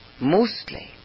mostly